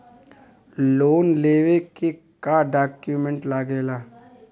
Loan लेवे के का डॉक्यूमेंट लागेला?